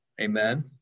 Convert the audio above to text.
Amen